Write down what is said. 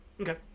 Okay